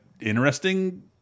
interesting